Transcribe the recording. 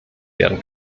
werden